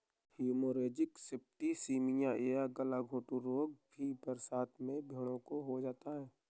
haemorrhagic septicaemia या गलघोंटू रोग भी बरसात में भेंड़ों को होता है